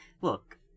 look